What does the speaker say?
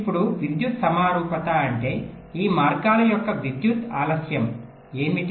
ఇప్పుడు విద్యుత్ సమరూపత అంటే ఈ మార్గాల యొక్క విద్యుత్ ఆలస్యం ఏమిటి